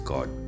God